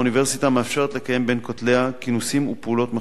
האוניברסיטה מאפשרת לקיים בין כתליה כינוסים ופעולות מחאה,